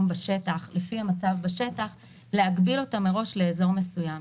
בשטח לפי המצב בשטח להגביל אותה מראש לאזור מסוים.